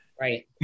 Right